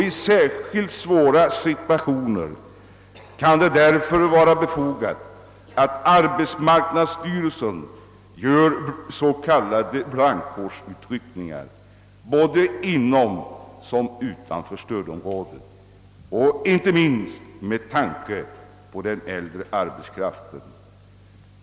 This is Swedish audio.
I särskilt svåra situationer kan det därför vara befogat att arbetsmarknadsstyrelsen gör s.k. brandkårsutryckningar både inom och utom stödområdena, inte minst med tanke på den äldre arbetskraften.